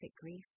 grief